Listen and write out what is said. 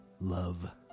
love